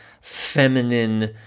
feminine